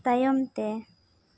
ᱛᱟᱭᱚᱢᱛᱮ